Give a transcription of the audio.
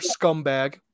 scumbag